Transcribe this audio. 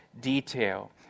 detail